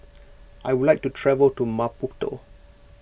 I would like to travel to Maputo